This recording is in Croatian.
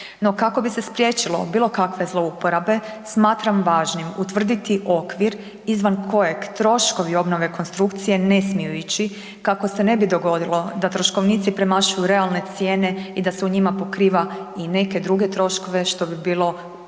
no kako bi se spriječilo bilo kakve zlouporabe, smatram važnim utvrditi okvir izvan kojeg troškovi obnove konstrukcije ne smiju ići, kako se ne bi dogodilo da troškovnici premašuju realne cijene i da se u njima pokriva i neke druge troškove što bi bilo